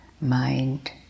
mind